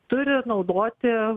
turi naudoti